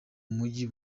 mujyi